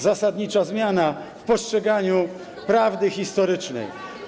Zasadnicza zmiana w postrzeganiu prawdy historycznej.